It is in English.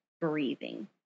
breathing